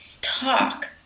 talk